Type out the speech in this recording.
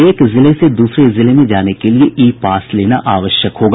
एक जिले से दूसरे जिले में जाने के लिये ई पास लेना आवश्यक होगा